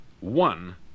one